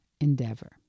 endeavor